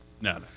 No